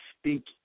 speak